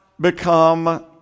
become